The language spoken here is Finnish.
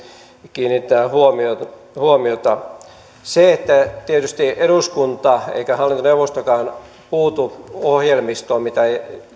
kiinnitetään huomiota huomiota se että tietysti eduskunta ei eikä hallintoneuvostokaan puutu ohjelmistoon mitä